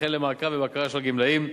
וכן למעקב ובקרה של הגמלאים,